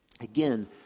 again